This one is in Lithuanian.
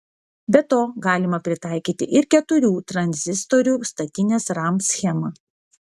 be to galima pritaikyti ir keturių tranzistorių statinės ram schemą